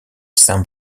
saint